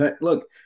look